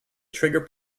trigger